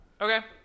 Okay